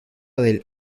del